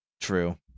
True